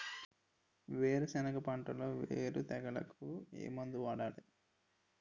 వేరుసెనగ పంటలో వేరుకుళ్ళు తెగులుకు ఏ మందు వాడాలి?